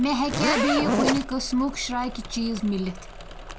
مےٚ ہیٚکیٛاہ بییٚہِ کُنہِ قٕسمُک شرٛاکہِ چیٖز مِلِتھ